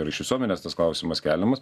ir iš visuomenės tas klausimas keliamas